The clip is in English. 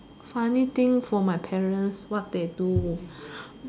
funny thing for my parents what they do